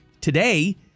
today